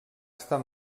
estar